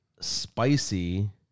Spicy